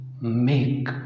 make